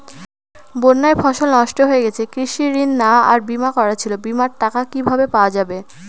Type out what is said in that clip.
বন্যায় ফসল নষ্ট হয়ে গেছে কৃষি ঋণ নেওয়া আর বিমা করা ছিল বিমার টাকা কিভাবে পাওয়া যাবে?